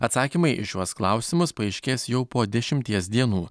atsakymai į šiuos klausimus paaiškės jau po dešimties dienų